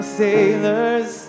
sailors